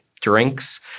drinks